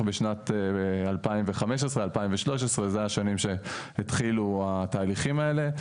בשנת 2015-2013 אלו השנים שהתחילו התהליכים האלה.